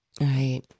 Right